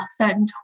certain